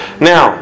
Now